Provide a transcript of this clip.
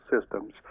systems